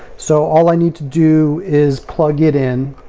so all i need to do is plug it in.